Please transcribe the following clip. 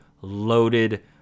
loaded